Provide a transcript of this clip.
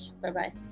bye-bye